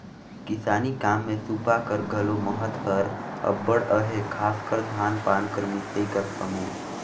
किसानी काम मे सूपा कर घलो महत हर अब्बड़ अहे, खासकर धान पान कर मिसई कर समे